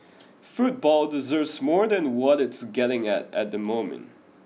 football deserves more than what it's getting at at the moment